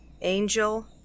Angel